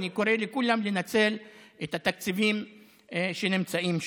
ואני קורא לכולם לנצל את התקציבים שנמצאים שם.